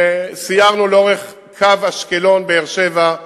וסיירנו לאורך קו אשקלון באר-שבע,